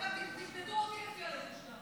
אגב, תמדדו גם אותי לפי הלבוש.